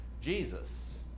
Jesus